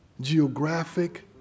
geographic